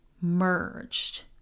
merged